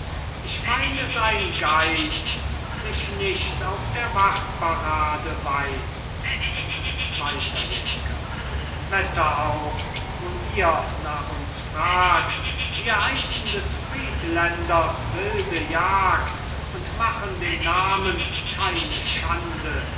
ich meine sein geist sich nicht auf der wachparade weist zweiter jäger wetter auch wo ihr nach uns fragt wir heißen des friedländers wilde jagd und machen dem namen keine schande